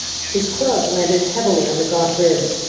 his club landed heavily on the gaunt ribs,